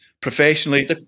professionally